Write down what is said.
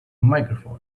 microphone